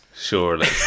Surely